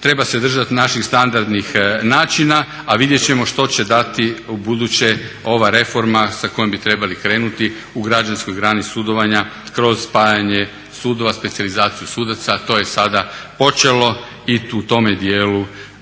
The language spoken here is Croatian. treba se držati naših standardnih načina, a vidjet ćemo što će dati ubuduće ova reforma sa kojom bi trebali krenuti u građanskoj grani sudovanja kroz spajanje sudova, specijalizaciju sudaca. To je sada počelo i u tome dijelu